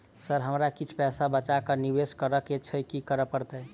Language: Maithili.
सर हमरा किछ पैसा बचा कऽ निवेश करऽ केँ छैय की करऽ परतै?